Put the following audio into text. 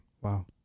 Wow